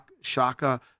Shaka